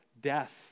death